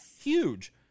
huge